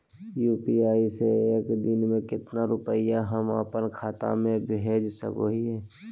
UPI से एक दिन में कितना रुपैया हम अपन खाता से भेज सको हियय?